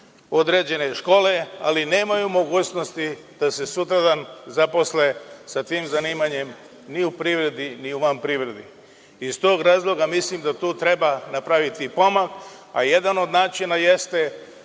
određene škole, ali nemaju mogućnosti da se sutradan zaposle sa tim zanimanjem ni u privredi ni van privrede. Iz tog razloga mislim da tu treba nastaviti pomak, a jedan od načina jeste